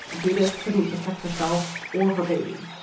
judith couldn't protect herself or her baby,